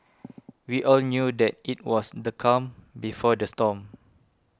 we all knew that it was the calm before the storm